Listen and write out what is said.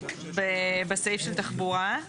בסעיף של תחבורה.